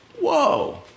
Whoa